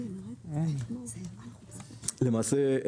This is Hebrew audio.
למעשה,